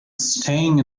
staying